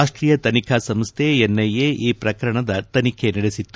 ರಾಷ್ಷೀಯ ತನಿಖಾ ಸಂಸ್ಥೆ ಎನ್ಐಎ ಈ ಪ್ರಕರಣದ ತನಿಖೆ ನಡೆಸಿತ್ತು